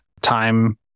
time